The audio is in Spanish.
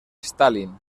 stalin